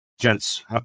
Gents